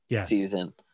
season